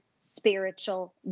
spiritual